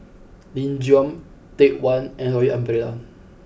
Nin Jiom Take One and Royal Umbrella